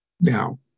Now